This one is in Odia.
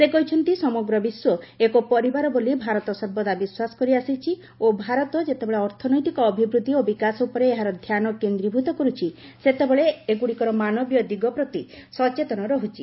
ସେ କହିଛନ୍ତି ସମଗ୍ର ବିଶ୍ୱ ଏକ ପରିବାର ବୋଲି ଭାରତ ସର୍ବଦା ବିଶ୍ୱାସ କରି ଆସିଛି ଓ ଭାରତ ଯେତେବେଳେ ଅର୍ଥନୈତିକ ଅଭିବୃଦ୍ଧି ଓ ବିକାଶ ଉପରେ ଏହାର ଧ୍ୟାନ କେନ୍ଦ୍ରୀଭୃତ କରୁଛି ସେତେବେଳେ ଏଗୁଡ଼ିକର ମାନବୀୟ ଦିଗ ପ୍ରତି ସଚେତନ ରହୁଛି